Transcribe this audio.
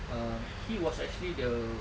um he was actually the